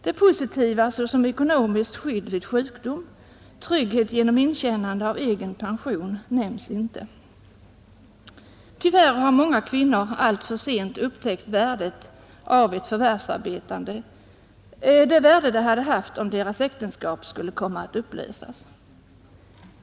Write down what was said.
Det positiva, såsom ekonomiskt skydd vid sjukdom, trygghet genom intjänande av egen pension, nämns inte. Tyvärr har många kvinnor alltför sent upptäckt det värde ett förvärvsarbete hade haft om deras äktenskap skulle komma att upplösas.